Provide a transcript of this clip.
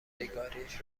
بدهکاریش